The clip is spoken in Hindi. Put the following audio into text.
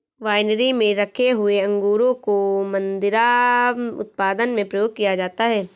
वाइनरी में रखे हुए अंगूरों को मदिरा उत्पादन में प्रयोग किया जाता है